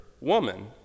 Woman